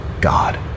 God